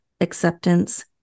acceptance